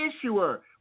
issuer